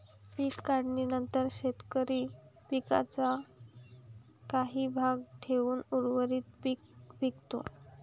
पीक काढणीनंतर शेतकरी पिकाचा काही भाग ठेवून उर्वरित पीक विकतो